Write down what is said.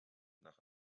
nach